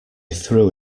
through